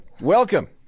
welcome